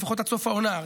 לפחות עד סוף העונה.